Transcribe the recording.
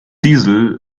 diesel